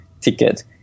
ticket